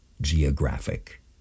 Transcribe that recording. geographic